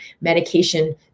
medication